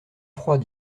froid